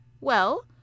Well